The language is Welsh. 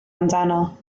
amdano